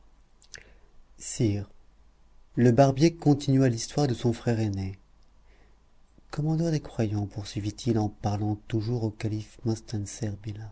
le barbier continua l'histoire de son frère aîné commandeur des croyants poursuivit-il en parlant toujours au calife